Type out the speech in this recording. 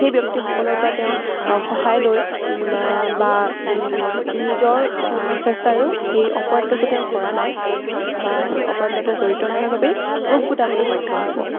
সেই ব্যক্তিসকলৰ পৰা তেওঁ সহায় লৈ বা নিজৰ চেষ্টাৰেও সেই অপৰাধটো যে তেওঁ কৰা নাই বা সেই অপৰাধৰ লগত তেওঁ জড়িত নহয় বাবেই প্ৰুফ গোটাবলৈ সক্ষম হ'ব